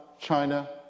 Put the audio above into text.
China